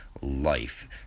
life